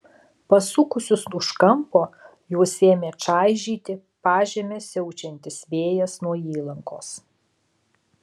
pasukusius už kampo juos ėmė čaižyti pažeme siaučiantis vėjas nuo įlankos